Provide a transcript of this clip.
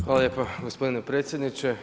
Hvala lijepo gospodine predsjedniče.